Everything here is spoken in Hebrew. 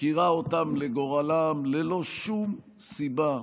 מפקירה אותם לגורלם ללא שום סיבה,